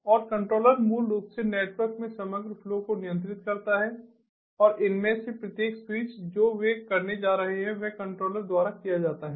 और कंट्रोलर मूल रूप से नेटवर्क में समग्र फ्लो को नियंत्रित करता है और इनमें से प्रत्येक स्विच जो वे करने जा रहे हैं वह कंट्रोलर द्वारा किया जाता है